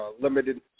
limited